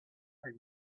are